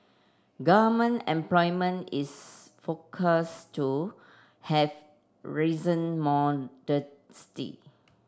government employment is forecast to have risen